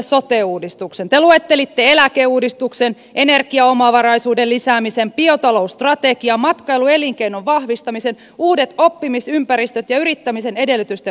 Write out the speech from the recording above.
te luettelitte eläkeuudistuksen energiaomavaraisuuden lisäämisen biotalousstrategian matkailuelinkeinon vahvistamisen uudet oppimisympäristöt ja yrittämisen edellytysten vahvistamisen